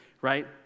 Right